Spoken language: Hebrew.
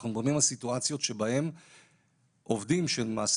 אנחנו בונים על סיטואציות שבהן עובדים שלמעשה